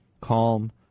Calm